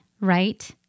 right